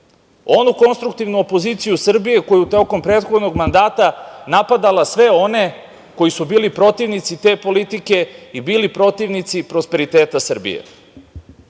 onu konstruktivnu opoziciju Srbije koja je tokom prethodnog mandata napadala sve one koji su bili protivnici te politike i bili protivnici prosperiteta Srbije. Mi